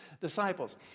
disciples